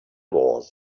was